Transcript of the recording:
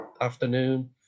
afternoon